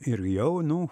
ir jau nu